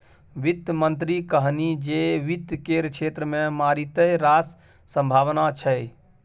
वित्त मंत्री कहलनि जे वित्त केर क्षेत्र मे मारिते रास संभाबना छै